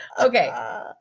Okay